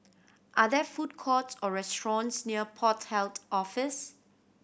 are there food court or restaurants near Port Health Office